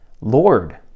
Lord